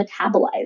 metabolized